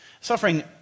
Suffering